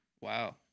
Wow